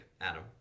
Adam